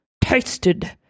tasted